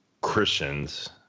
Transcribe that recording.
Christians